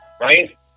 right